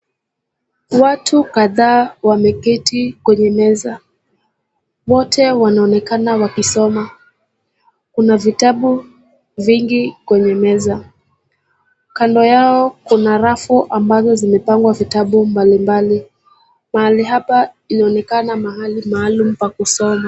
Watu kadhaa wameketi kwenye meza. Wote wanaonekana wakisoma. Kuna vitabu vingi kwenye meza. Kando yao kuna rafu ambazo zimepangwa vitabu mbalimbali. Mahali hapa inaonekana mahali maalum pa kusoma.